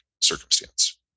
circumstance